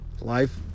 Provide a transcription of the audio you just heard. life